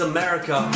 America